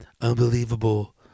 unbelievable